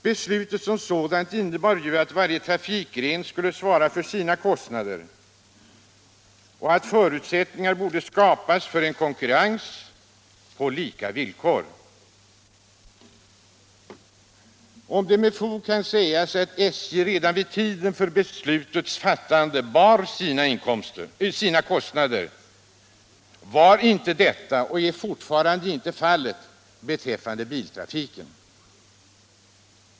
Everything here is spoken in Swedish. Beslutet som sådant innebar ju att varje trafikgren skulle svara för sina kostnader och att förutsättningar borde skapas för en konkurrens på lika villkor. Om det med fog kan sägas att SJ redan vid tiden för beslutets fattande bar sina kostnader, var inte — och är fortfarande inte —- detta fallet beträffande biltrafiken.